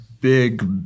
big